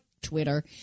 Twitter